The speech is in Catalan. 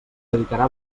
radicarà